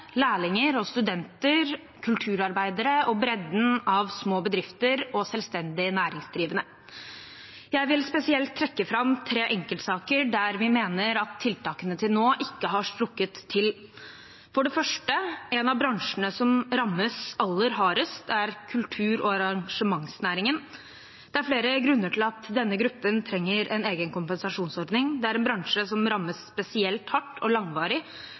studenter, kulturarbeidere og bredden av små bedrifter og selvstendig næringsdrivende. Jeg vil spesielt trekke fram tre enkeltsaker der vi mener at tiltakene til nå ikke har strukket til. Først: En av bransjene som rammes aller hardest, er kultur- og arrangementsnæringen. Det er flere grunner til at denne gruppen trenger en egen kompensasjonsordning. Det er en bransje som rammes spesielt hardt og langvarig,